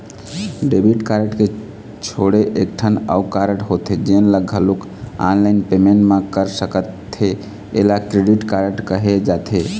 debit card के छोड़े एकठन अउ कारड होथे जेन ल घलोक ऑनलाईन पेमेंट म कर सकथे एला क्रेडिट कारड कहे जाथे